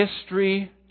history